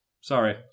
Sorry